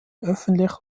öffentlich